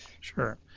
Sure